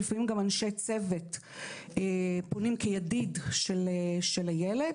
ולפעמים גם אנשי צוות פונים כידיד של הילד.